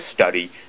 study